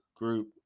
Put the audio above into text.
group